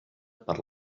per